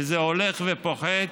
וזה הולך ופוחת